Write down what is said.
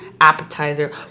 appetizer